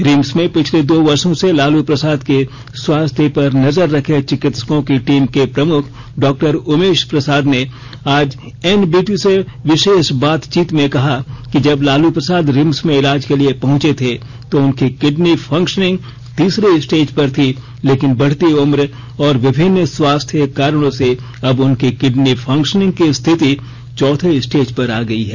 RIMS में पिछले दो वर्षा से लालू प्रसाद के स्वास्थ्य पर नजर रखे चिकित्सकों की टीम के प्रमुख डॉ उमेश प्रसाद ने आज एनबीटी से विशेष बातचीत में कहा कि जब लाल प्रसाद रिम्स में इलाज के लिए पहंचे थे तो उनकी किडनी फंक्शनिंग तीसरे स्टेज पर थी लेकिन बढती उम्र और विभिन्न स्वास्थ्य कारणों से अब उनकी किडनी फंक्शनिंग की स्थिति चौथे स्टेज पर आ गयी है